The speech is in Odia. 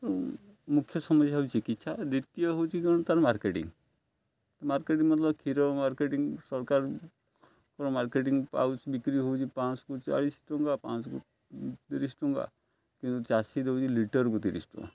ମୁଖ୍ୟ ସମୟ ହେଉଛି ଚିକିତ୍ସା ଦ୍ଵିତୀୟ ହେଉଛି କ'ଣ ତା'ର ମାର୍କେଟିଂ ମାର୍କେଟିଂ ମତ୍ଲବ୍ କ୍ଷୀର ମାର୍କେଟିଂ ସରକାରଙ୍କର ମାର୍କେଟିଂ ପାଉଚ୍ ବିକ୍ରି ହେଉଛି ପାଉଚ୍କୁ ଚାଳିଶ ଟଙ୍କା ପାଉଚ୍କୁ ତିରିଶ ଟଙ୍କା କିନ୍ତୁ ଚାଷୀ ଦେଉଛି ଲିଟର୍କୁ ତିରିଶ ଟଙ୍କା